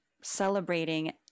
celebrating